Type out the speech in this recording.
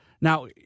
Now